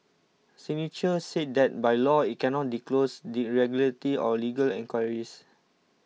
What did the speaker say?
signature said that by law it cannot disclose the regulatory or legal inquiries